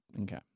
Okay